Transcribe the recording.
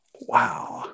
Wow